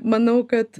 manau kad